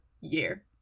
year